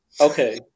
Okay